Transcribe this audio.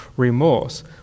remorse